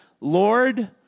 Lord